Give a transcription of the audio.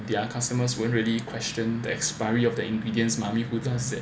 their customers won't really questioned the expiry of the ingredients mah who does that